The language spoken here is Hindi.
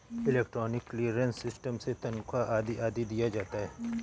इलेक्ट्रॉनिक क्लीयरेंस सिस्टम से तनख्वा आदि दिया जाता है